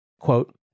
Quote